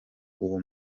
uwo